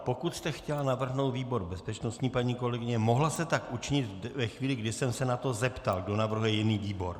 Pokud jste chtěla navrhnout výbor bezpečnostní, paní kolegyně, mohla jste tak učinit ve chvíli, kdy jsem se zeptal, kdo navrhuje jiný výbor.